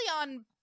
on